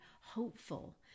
hopeful